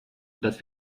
dass